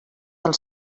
del